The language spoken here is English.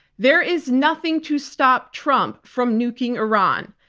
there is nothing to stop trump from nuking iran.